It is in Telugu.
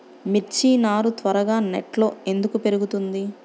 మిర్చి నారు త్వరగా నెట్లో ఎందుకు పెరుగుతుంది?